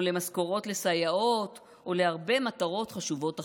או למשכורות לסייעות ולהרבה מטרות חשובות אחרות.